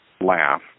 laugh